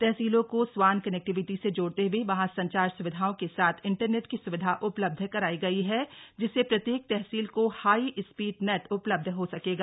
तहसीलों को स्वान कनेक्टिविटी से जोडते हुए वहां संचार सुविधाओं के साथ इंटरनेट की सुविधा उपलब्ध करायी गयी हैं जिससे प्रत्येक तहसील को हाई स्पीड नेट उपलब्ध हो सकेगा